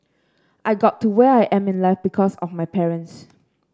I got to where I am in life because of my parents